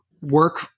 work